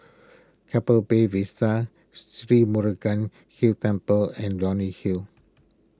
Keppel Bay Vista Sri Murugan Hill Temple and Leonie Hill